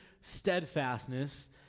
steadfastness